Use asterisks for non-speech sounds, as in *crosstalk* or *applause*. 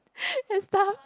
*laughs* and stuff